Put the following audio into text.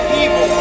evil